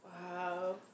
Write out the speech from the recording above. Wow